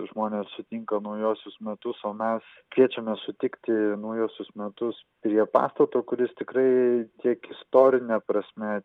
žmonės sutinka naujuosius metus o mes kviečiame sutikti naujuosius metus prie pastato kuris tikrai tiek istorine prasme